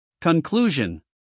Conclusion